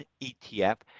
ETF